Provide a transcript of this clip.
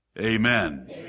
Amen